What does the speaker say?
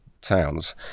towns